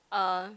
uh